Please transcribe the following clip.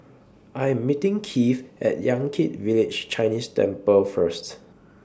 I Am meeting Keith At Yan Kit Village Chinese Temple First